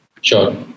Sure